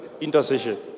Intercession